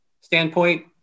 standpoint